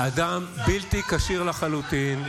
אדם בלתי כשיר לחלוטין.